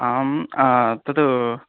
आम् आ तत